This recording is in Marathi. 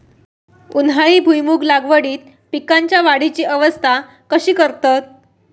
उन्हाळी भुईमूग लागवडीत पीकांच्या वाढीची अवस्था कशी करतत?